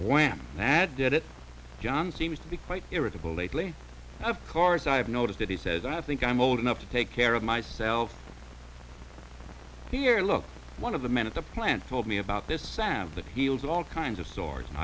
when i added it john seems to be quite irritable lately of course i've noticed that he says i think i'm old enough to take care of myself here look one of the men at the plant told me about this sound that heals all kinds of sores and